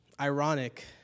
ironic